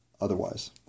otherwise